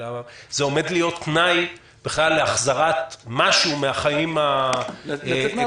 אלא זה עומד להיות תנאי בכלל להחזרת משהו מהחיים הכלכליים.